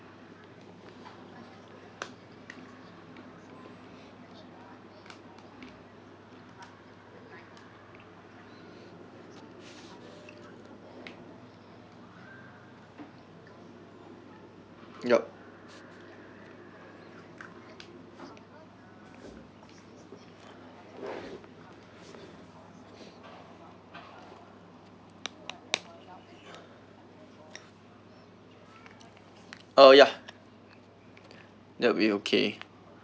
yup uh ya that will be okay